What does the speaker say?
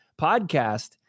podcast